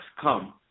come